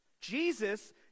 Jesus